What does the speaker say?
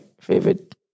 favorite